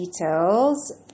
details